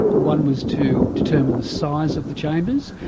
one was to determine the size of the chambers,